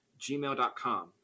gmail.com